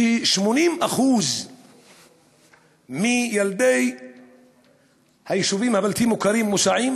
ש-80% מילדי היישובים הבלתי-מוכרים מוסעים?